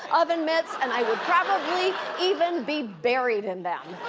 oven mitts. and i would probably even be buried in them.